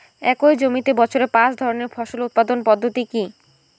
একই জমিতে বছরে পাঁচ ধরনের ফসল উৎপাদন পদ্ধতি কী?